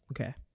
Okay